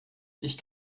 ich